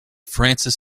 francis